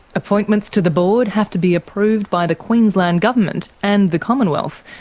appointments to the board have to be approved by the queensland government and the commonwealth,